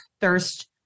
thirst